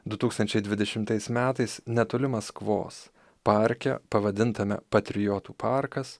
du tūkstančiai dvidešimtais metais netoli maskvos parke pavadintame patriotų parkas